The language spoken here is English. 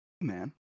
Man